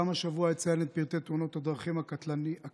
גם השבוע אציין את פרטי תאונות הדרכים הקטלניות